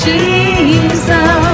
Jesus